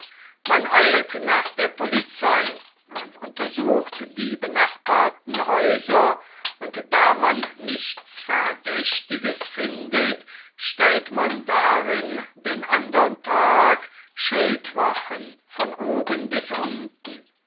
man eilt nach der polizei man untersucht die benachbarten häuser und da man nichts verdächtiges findet stellt man darin den andern tag schildwachen von oben bis unten